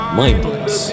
mindless